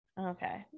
Okay